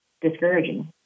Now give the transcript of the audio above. discouraging